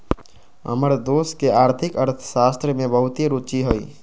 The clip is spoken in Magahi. हमर दोस के आर्थिक अर्थशास्त्र में बहुते रूचि हइ